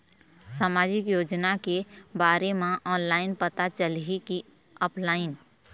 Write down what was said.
सामाजिक योजना के बारे मा ऑनलाइन पता चलही की ऑफलाइन?